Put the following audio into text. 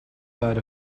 third